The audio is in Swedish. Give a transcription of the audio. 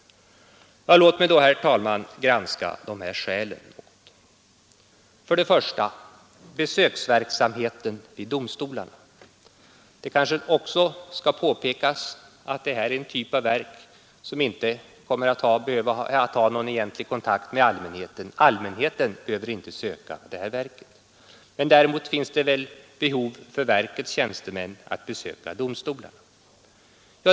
Låt mig då, herr talman, något granska dessa skäl. För det första gäller det besöksverksamheten vid domstolarna. Det kan påpekas att det här är en typ av verk som inte kommer att ha någon kontakt med allmänheten — allmänheten behöver inte söka det här verket. Men däremot finns det behov för verkets tjänstemän att besöka domstolarna.